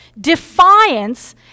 Defiance